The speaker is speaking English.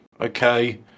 okay